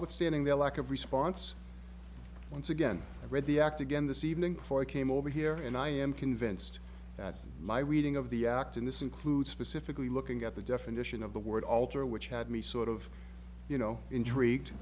withstanding the lack of response once again i read the act again this evening before i came over here and i am convinced that my reading of the act and this includes specifically looking at the definition of the word alter which had me sort of you know intrigued